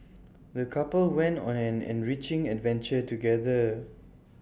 the couple went on an enriching adventure together